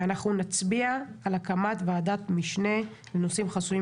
נצביע על הקמת ועדת משנה לנושאים חסויים